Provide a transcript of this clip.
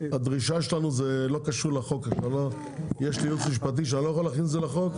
יש לי ייעוץ משפטי שאני לא יכול להכניס את זה לחוק.